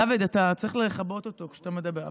דוד, אתה צריך לכבות אותו כשאתה מדבר.